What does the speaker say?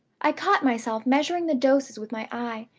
i caught myself measuring the doses with my eye,